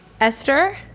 Esther